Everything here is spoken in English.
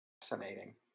Fascinating